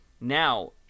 Now